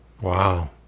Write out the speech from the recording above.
Wow